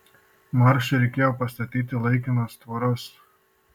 maršui reikėjo pastatyti laikinas tvoras